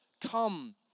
come